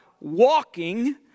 walking